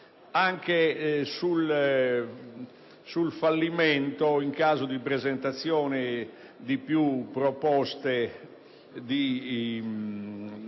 al fallimento, in caso di presentazione di più proposte di